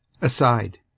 Aside